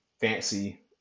fancy